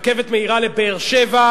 רכבת מהירה לבאר-שבע,